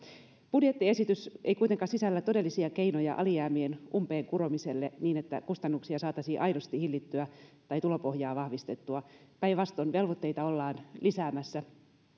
budjettiesitys ei kuitenkaan sisällä todellisia keinoja alijäämien umpeenkuromiselle niin että kustannuksia saataisiin aidosti hillittyä tai tulopohjaa vahvistettua päinvastoin velvoitteita ollaan lisäämässä